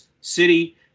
City